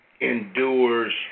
endures